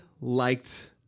liked